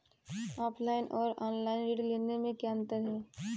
Offline और online ऋण लेने में क्या अंतर है?